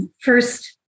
first